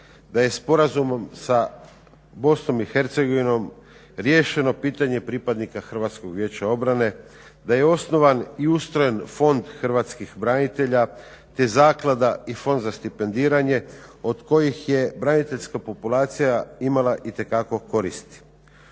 da je sporazumom sa Bosnom i Hercegovinom riješeno pitanje pripadnika Hrvatskog vijeća obrane, da je osnovan i ustrojen Fond hrvatskih branitelja, te zaklada i Fond za stipendiranje od kojih je braniteljska populacija imala itekako koristi.